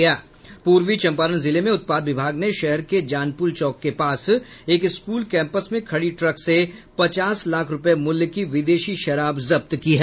पूर्वी चंपारण जिले में उत्पाद विभाग ने शहर के जानपुल चौक के पास एक स्कूल कैंपस में खड़ी ट्रक से पचास लाख रुपये मूल्य की विदेशी शराब जब्त की है